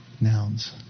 nouns